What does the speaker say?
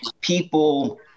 people